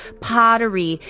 pottery